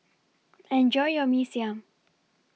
Enjoy your Mee Siam